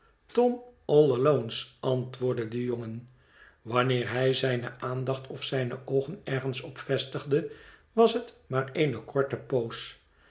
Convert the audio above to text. e's antwoordde de jongen wanneer hij zijne aandacht of zijne oogen ergens op vestigde was het maar eene korte poos